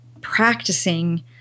practicing